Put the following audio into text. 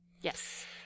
Yes